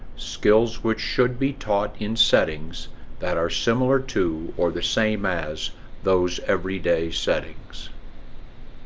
skills which should be taught in settings that are similar to or the same as those everyday settings